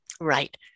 Right